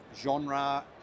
genre